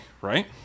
Right